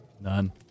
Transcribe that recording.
none